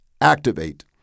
Activate